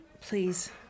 Please